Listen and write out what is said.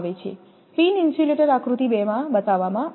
pin insulator આકૃતિ 2માં બતાવવામાં આવ્યું છે